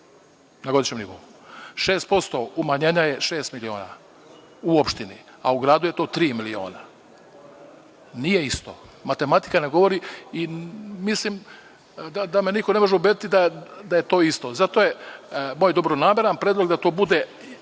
na godišnjem nivou, 6% umanjenja je šest miliona u opštini, a u gradu je to tri miliona. Nije isto. Matematika ne govori i mislim da me niko ne može ubediti da je to isto. Zato je moj dobronameran predlog da to bude